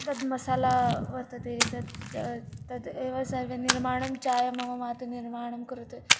तद् मसाला वर्तते तच्च तद् एव सर्वे निर्माणं चायं मम मातुः निर्माणं कुरुते